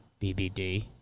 BBD